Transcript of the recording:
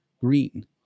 green